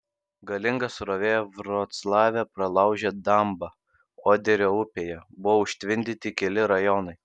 galinga srovė vroclave pralaužė dambą oderio upėje buvo užtvindyti keli rajonai